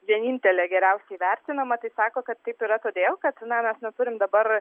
vienintelė geriausiai vertinama tai sako kad taip yra todėl kad na mes neturim dabar